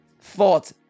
thought